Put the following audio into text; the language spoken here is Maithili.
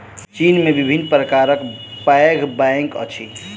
चीन में विभिन्न प्रकारक पैघ बैंक अछि